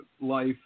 life